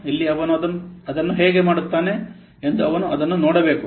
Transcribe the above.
ಇಲ್ಲಿ ಅವನು ಅದನ್ನು ಹೇಗೆ ಮಾಡುತ್ತಾನೆ ಎಂದು ಅವನು ಅದನ್ನುನೋಡಬೇಕು